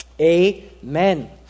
amen